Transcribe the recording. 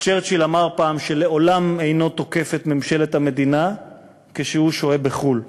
צ'רצ'יל אמר פעם שלעולם אינו תוקף את ממשלת המדינה כשהוא שוהה בחו"ל.